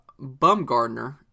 Bumgardner